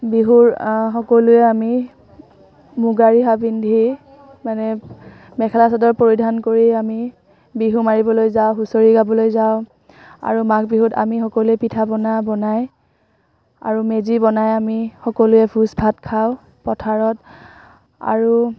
বিহুৰ সকলোৱে আমি মুগা ৰিহা পিন্ধি মানে মেখেলা চাদৰ পৰিধান কৰি আমি বিহু মাৰিবলৈ যাওঁ হুঁচৰি গাবলৈ যাওঁ আৰু মাঘ বিহুত আমি সকলোৱে পিঠা বনাই আৰু মেজি বনাই আমি সকলোৱে ভোজ ভাত খাওঁ পথাৰত আৰু